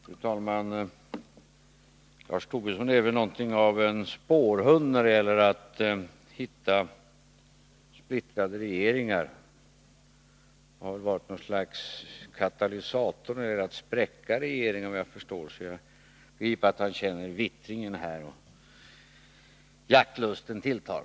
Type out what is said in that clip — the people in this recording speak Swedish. Fru talman! Lars Tobisson är väl något av en spårhund när det gäller att hitta splittrade regeringar. Och han har väl varit något av en katalysator när det gäller att spräcka regeringar, vad jag förstår, så jag begriper att han känner vittring här och att jaktlusten tilltar.